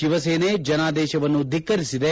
ಶಿವಸೇನೆ ಜನಾದೇಶವನ್ನು ಧಿಕ್ಕರಿಟಿದೆ